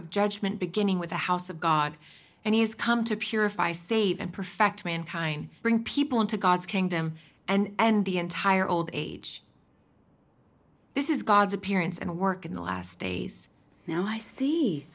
of judgment beginning with the house of god and he has come to purify save and perfect mankind bring people into god's kingdom and the entire old age this is god's appearance and work in the last days now i see